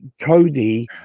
Cody